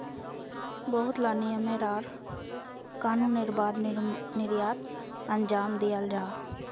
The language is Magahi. बहुत ला नियम आर कानूनेर बाद निर्यात अंजाम दियाल जाहा